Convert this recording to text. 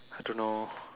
I don't know